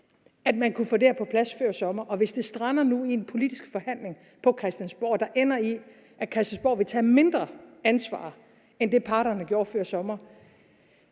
at man kunne få det her på plads før sommer, og hvis det strander nu i en politisk forhandling på Christiansborg, der ender i, at Christiansborg vil tage mindre ansvar end det, parterne gjorde før sommer,